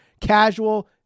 casual